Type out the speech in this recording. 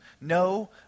no